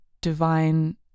divine